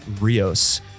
Rios